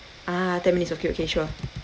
ah ten minutes okay okay sure